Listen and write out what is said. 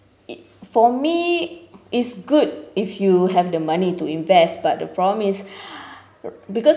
it for me it's good if you have the money to invest but the problem is because